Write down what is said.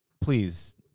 please